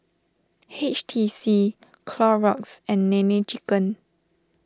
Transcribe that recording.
H T C Clorox and Nene Chicken